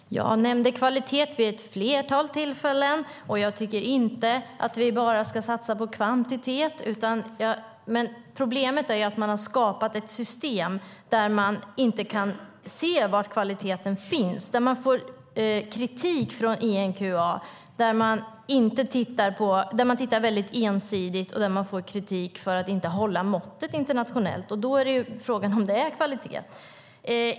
Herr talman! Jag nämnde kvalitet vid ett flertal tillfällen. Jag tycker inte att vi bara ska satsa på kvantitet, men problemet är att man har skapat ett system där man inte kan se var kvaliteten finns. Man tittar väldigt ensidigt och får kritik från ENQA för att inte hålla måttet internationellt. Då är frågan om det verkligen är kvalitet.